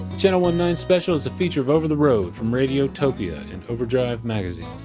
channel one-nine special is a feature of over the road, from radiotopia and overdrive magazine.